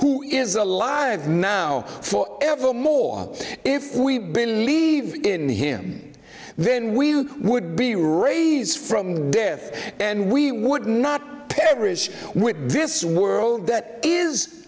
who is alive now for evermore if we believe in him then we would be raised from death and we would not perish with this world that is